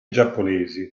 giapponesi